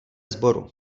sboru